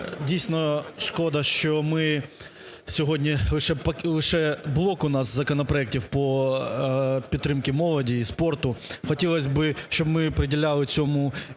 дійсно шкода, що ми сьогодні, лише блок у нас законопроектів по підтримці молоді і спорту, хотілось би, щоб ми приділяли цьому більше